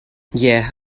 yeah